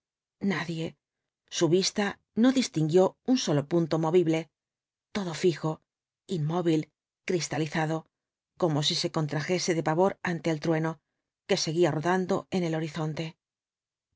nadie su vista no distinguió un solo punto movible todo fijo inmóvil cristalizado como si se contrajese de pavor ante el trueno que seguía rodando en el horizonte